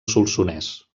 solsonès